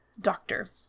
doctor